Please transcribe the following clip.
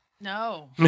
No